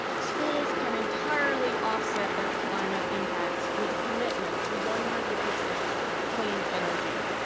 schools can entirely offset their climate impacts with a commitment to one hundred percent clean energy.